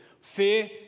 Fear